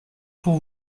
pour